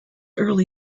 early